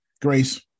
Grace